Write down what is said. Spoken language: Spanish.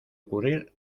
ocurrir